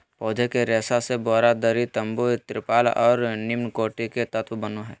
पौधे के रेशा से बोरा, दरी, तम्बू, तिरपाल और निम्नकोटि के तत्व बनो हइ